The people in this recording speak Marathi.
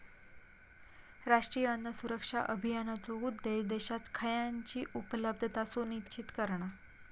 राष्ट्रीय अन्न सुरक्षा अभियानाचो उद्देश्य देशात खयानची उपलब्धता सुनिश्चित करणा